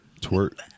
twerk